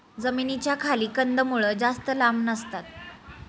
जमिनीच्या खाली कंदमुळं जास्त लांब नसतात